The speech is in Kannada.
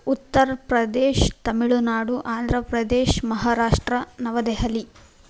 ಉತ್ತರ್ ಪ್ರದೇಶ್ ತಮಿಳುನಾಡು ಆಂಧ್ರ ಪ್ರದೇಶ್ ಮಹಾರಾಷ್ಟ್ರ ನವದೆಹಲಿ